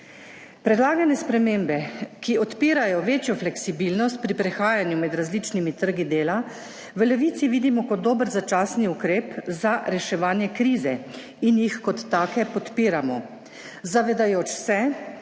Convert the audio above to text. Predlagane spremembe, ki odpirajo večjo fleksibilnost pri prehajanju med različnimi trgi dela, v Levici vidimo kot dober začasni ukrep za reševanje krize in jih kot take podpiramo, zavedajoč se,